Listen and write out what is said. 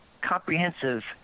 comprehensive